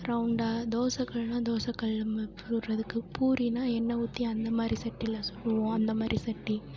ரௌண்டாக தோசைக்கல்னா தோசைக்கல் ம போடுறதுக்கு பூரினால் எண்ணெய் ஊற்றி அந்தமாதிரி சட்டியில் சுடுவோம் அந்தமாதிரி சட்டி